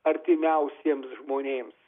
artimiausiems žmonėms